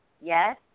yes